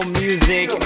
music